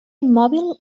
immòbil